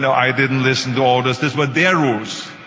so i didn't listen to all those. those were their rules,